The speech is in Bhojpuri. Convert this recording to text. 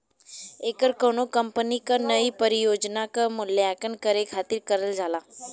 ऐकर कउनो कंपनी क नई परियोजना क मूल्यांकन करे खातिर करल जाला